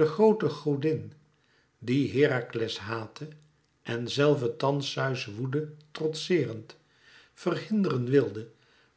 de groote godin die herakles haatte en zelve thans zeus woede trotseerend verhinderen wilde